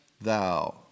thou